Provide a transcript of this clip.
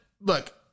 look